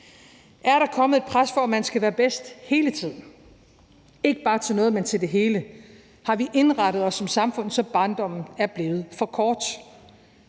Er der kommet et pres for, at man skal være bedst hele tiden – ikke bare til noget, men til det hele? Har vi indrettet os som samfund, så barndommen er blevet for kort?